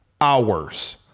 hours